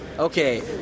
Okay